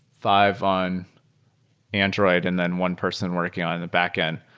five on android and then one person working on and the backend,